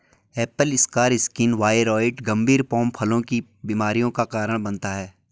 Apple scar skin viroid गंभीर pome फलों की बीमारियों का कारण बनता है